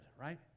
right